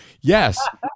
Yes